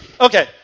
Okay